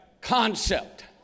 concept